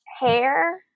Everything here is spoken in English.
hair